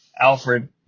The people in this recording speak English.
Alfred